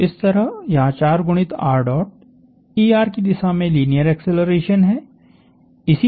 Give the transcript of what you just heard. तो इस तरह यहाँ चार गुणित की दिशा में लीनियर एक्सेलरेशन है